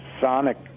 Sonic